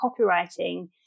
copywriting